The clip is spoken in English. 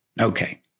Okay